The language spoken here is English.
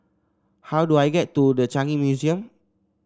how do I get to The Changi Museum